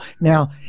Now